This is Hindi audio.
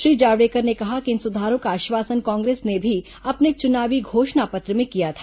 श्री जावड़ेकर ने कहा कि इन सुधारों का आश्वासन कांग्रेस ने भी अपने चुनावी घोषणा पत्र में किया था